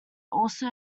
also